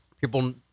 People